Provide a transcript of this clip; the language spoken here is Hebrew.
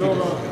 רעיון לא רע.